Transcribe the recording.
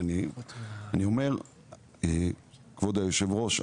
כבוד היושב-ראש,